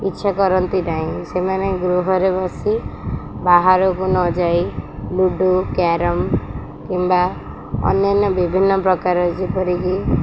ଇଚ୍ଛା କରନ୍ତି ନାହିଁ ସେମାନେ ଗୃହରେ ବସି ବାହାରକୁ ନଯାଇ ଲୁଡ଼ୁ କ୍ୟାରମ୍ କିମ୍ବା ଅନ୍ୟାନ୍ୟ ବିଭିନ୍ନ ପ୍ରକାର ଯେପରିକି